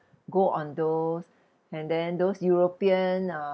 go on those and then those european uh